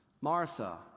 Martha